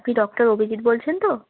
আপনি ডক্টর অভিজিৎ বলছেন তো